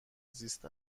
زیست